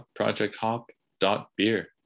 projecthop.beer